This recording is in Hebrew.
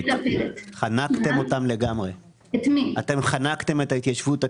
חנקתם את ההתיישבות הקהילתית.